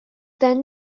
then